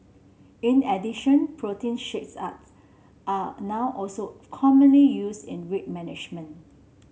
in addition protein shakes are now also commonly used in weight management